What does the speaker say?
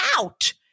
out